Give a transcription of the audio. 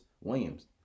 Williams